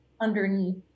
underneath